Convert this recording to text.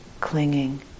clinging